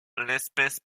l’espèce